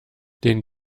den